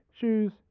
Shoes